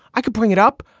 i could bring it up.